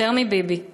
יותר מביבי";